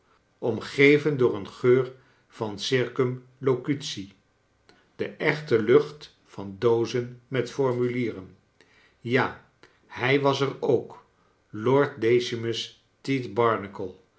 omgevcn door een geur van circumlocutie de echte lucht van doozen met formulieren ja hij was er ook lord decimus